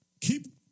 Keep